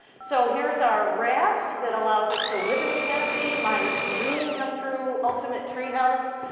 so, here's our raft that allows us to live in the canopy. my dream come true ultimate tree-house.